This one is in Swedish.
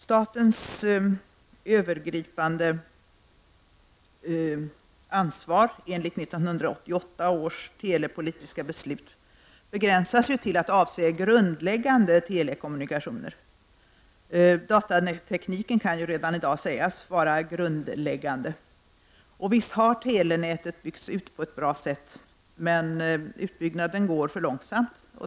Statens övergripande ansvar enligt 1988 års telepolitiska beslut begränsas till att avse grundläggande telekommunikationer. Datatekniken kan redan i dag sägas vara grundläggande. Visst har telenätet byggts ut på ett bra sätt, men utbyggnaden går för långsamt.